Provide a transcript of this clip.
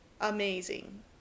amazing